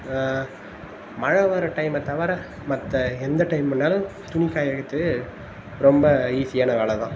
மழை வர டைமை தவிர மற்ற எந்த டைம் வேணாலும் துணி காய வைக்கிறதுக்கு ரொம்ப ஈஸியான வேலை தான்